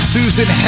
Susan